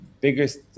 biggest